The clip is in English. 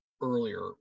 earlier